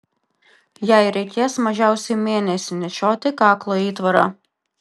jai reikės mažiausiai mėnesį nešioti kaklo įtvarą